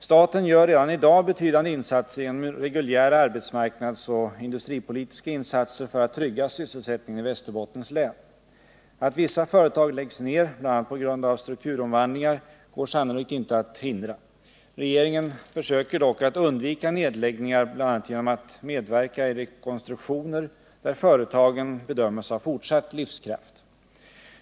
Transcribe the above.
Staten gör redan i dag betydande insatser genom reguljära arbetsmarknadsoch industripolitiska insatser för att trygga sysselsättningen i Västerbottens län. Att vissa företag läggs ner bl.a. på grund av strukturomvandlingar går sannolikt inte att hindra. Regeringen försöker dock att undvika nedläggningar bl.a. genom att medverka i rekonstruktioner där företagen bedöms ha fortsatt livskraft.